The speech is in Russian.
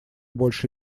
больше